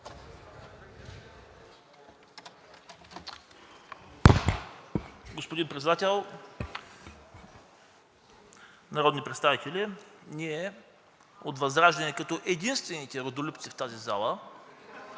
Господин Председател, народни представители! Ние от ВЪЗРАЖДАНЕ като единствените родолюбци в тази зала